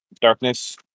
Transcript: darkness